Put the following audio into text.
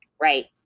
right